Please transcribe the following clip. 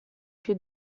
più